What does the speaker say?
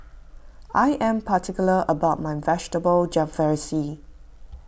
I am particular about my Vegetable Jalfrezi